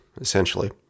essentially